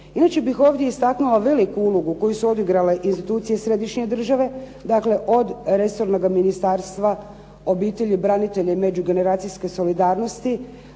Inače bih ovdje istaknula veliku ulogu koju su odigrale institucije središnje države, dakle od resornoga Ministarstva obitelji, branitelja i međugeneracijske solidarnosti,